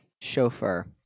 chauffeur